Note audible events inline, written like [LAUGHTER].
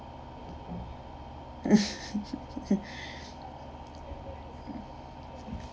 [LAUGHS]